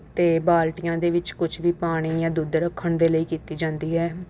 ਅਤੇ ਬਾਲਟੀਆਂ ਦੇ ਵਿੱਚ ਕੁਛ ਵੀ ਪਾਣੀ ਜਾਂ ਦੁੱਧ ਰੱਖਣ ਦੇ ਲਈ ਕੀਤੀ ਜਾਂਦੀ ਹੈ